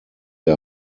der